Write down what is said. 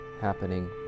happening